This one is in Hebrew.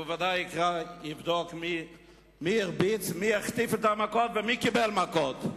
והוא ודאי יבדוק מי החטיף את המכות ומי קיבל מכות.